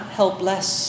helpless